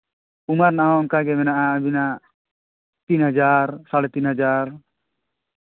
ᱯᱩᱢᱟ ᱨᱮᱱᱟᱜ ᱦᱚᱸ ᱚᱱᱠᱟᱜᱮ ᱢᱮᱱᱟᱜᱼᱟ ᱟᱹᱵᱤᱱᱟᱜ ᱛᱤᱱ ᱦᱟᱡᱟᱨ ᱥᱟᱲᱮ ᱛᱤᱱ ᱦᱟᱡᱟᱨ